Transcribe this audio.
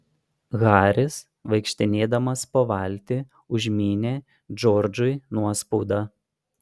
haris vaikštinėdamas po valtį užmynė džordžui nuospaudą